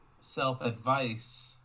self-advice